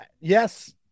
Yes